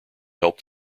helped